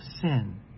sin